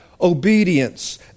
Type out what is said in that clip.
obedience